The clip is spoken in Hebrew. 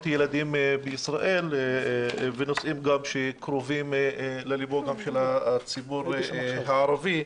ילדים בישראל וגם נושאים שקרובים ללבו של הציבור הערבי.